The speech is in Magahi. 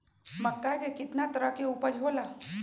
मक्का के कितना तरह के उपज हो ला?